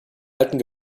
alten